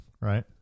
right